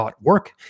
.work